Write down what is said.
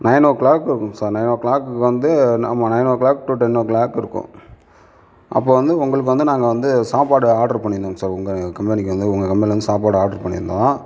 nine o'clock இருக்கும் sir nine ஓ க்ளாக்குக்கு வந்து ஆமாம் nine o'clock to ten o'clock இருக்கும் அப்போது வந்து உங்களுக்கு வந்து நாங்கள் வந்து சாப்பாடு ஆடரு பண்ணிருந்தாங்க சார் உங்கள் கம்பெனிக்கு வந்து உங்கள் கம்பெனியில் வந்து சாப்பாடு ஆடரு பண்ணியிருந்தோம்